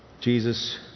Jesus